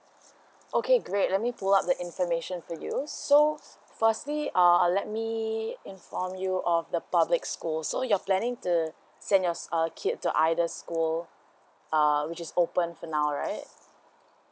okay great let me pull out the information for you so firstly uh uh let me inform you of the public school so you're planning to send your uh kid to either school uh which is open for now right